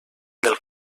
del